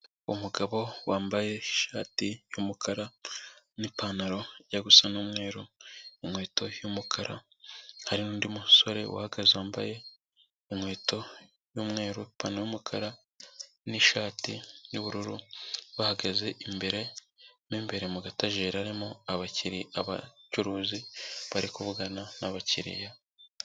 Umugabo wambaye ishati y'umukara n'ipantaro ijya gusa n'umweru, inkweto y'umukara hari n'undi musore uhagaze wambaye inkweto y'umweru, ipantaro y'umukara n'ishati y'ubururu, bahagaze imbere, imbere mu gataje harimo abacuruzi bari kuvugana n'abakiriya.